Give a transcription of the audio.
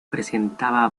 presentaba